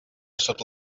sota